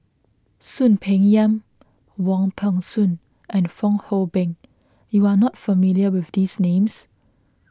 Soon Peng Yam Wong Peng Soon and Fong Hoe Beng you are not familiar with these names